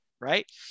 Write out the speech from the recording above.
right